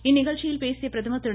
இந்நிகழ்ச்சியில் பேசிய பிரதமர் திரு